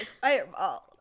fireball